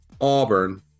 Auburn